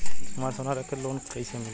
हमरा सोना रख के लोन कईसे मिली?